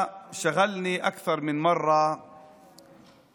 אשר שומעים אותי עכשיו וצופים בי דרך הטלוויזיה,